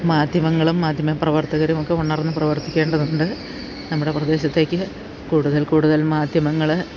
മാധ്യമങ്ങളും മാധ്യമ പ്രവർത്തകരും ഒക്കെ ഉണർന്ന് പ്രവർത്തിക്കേണ്ടതുണ്ട് നമ്മുടെ പ്രദേശത്തേക്ക് കൂടുതൽ കൂടുതൽ മാധ്യമങ്ങൾ